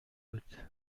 بود